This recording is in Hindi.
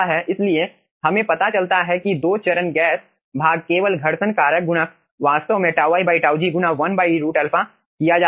इसलिए हमें पता चलता है कि दो चरण गैस भाग केवल घर्षण कारक गुणक वास्तव में τ i τ g गुना 1 √α किया जाता है